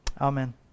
amen